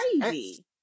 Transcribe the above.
crazy